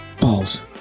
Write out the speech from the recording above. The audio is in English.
balls